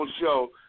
show